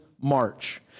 March